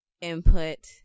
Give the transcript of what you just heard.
input